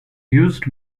used